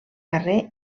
carrer